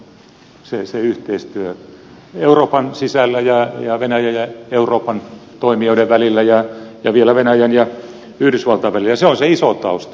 parempaanhan kuitenkin on menossa se yhteistyö euroopan sisällä ja venäjän ja euroopan toimijoiden välillä ja vielä venäjän ja yhdysvaltain välillä ja se on se iso tausta